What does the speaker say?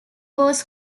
was